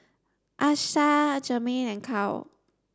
Achsah Jermaine and Cal